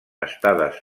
estades